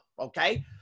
okay